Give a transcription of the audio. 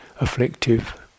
afflictive